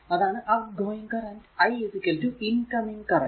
അതാണ് outgoing current i incoming current